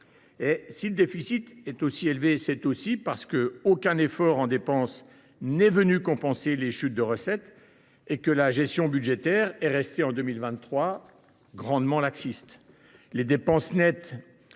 Si le déficit est aussi élevé, c’est aussi parce qu’aucun effort en dépenses n’est venu compenser les chutes de recettes et que la gestion budgétaire est restée très laxiste en 2023. Les dépenses nettes